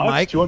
Mike